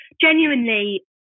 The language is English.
genuinely